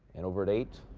and over at eight